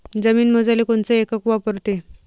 जमीन मोजाले कोनचं एकक वापरते?